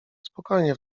spokojnie